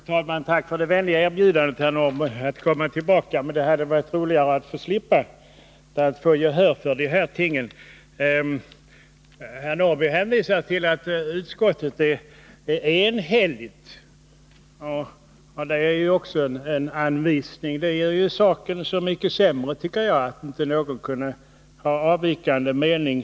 Fru talman! Tack för det vänliga erbjudandet, herr Norrby, att få komma tillbaka, men det hade varit bättre att slippa behöva göra det för att få gehör för min uppfattning. Herr Norrby hänvisar till att utskottet är enhälligt. Men jag tycker att det bara gör saken så mycket sämre att ingen där ville anmäla avvikande mening.